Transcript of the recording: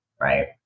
right